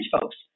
folks